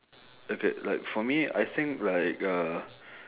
okay like for me I think like uh